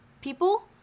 people